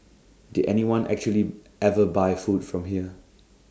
did anyone actually ever buy food from here